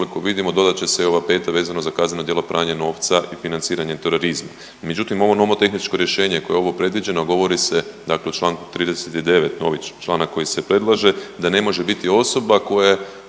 Koliko vidimo dodat će se i ova peta vezano za kazneno djelo pranje novca i financiranje terorizma. Međutim, ovo nomotehničko rješenje koje je ovo predviđeno govori se dakle u Članku 39., novi članak koji se predlaže da ne može biti osoba koja